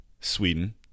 Sweden